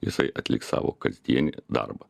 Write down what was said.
jisai atliks savo kasdienį darbą